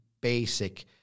basic